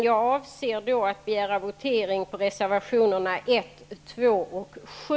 Jag avser att begära votering på reservationerna 1, 2 och 7.